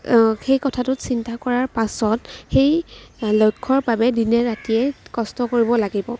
সেই কথাটোত চিন্তা কৰাৰ পাছত সেই লক্ষ্যৰ বাবে দিনে ৰাতিয়ে কষ্ট কৰিব লাগিব